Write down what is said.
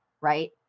right